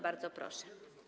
Bardzo proszę.